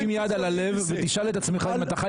שים יד על הלב ותשאל את עצמך אם אתה חי